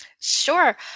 Sure